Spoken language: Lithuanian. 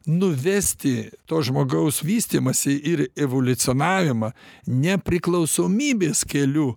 nuvesti to žmogaus vystymąsi ir evoliucionavimą nepriklausomybės keliu